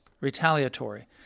retaliatory